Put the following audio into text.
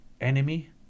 enemy